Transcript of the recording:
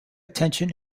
attention